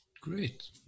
Great